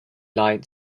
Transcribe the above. light